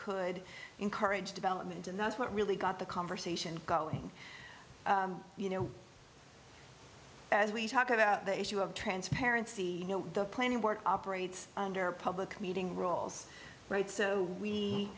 could encourage development and that's what really got the conversation going you know as we talk about the issue of transparency the planning board operates a public meeting roles right so we